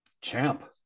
champ